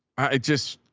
it just